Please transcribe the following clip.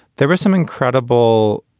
there were some incredible,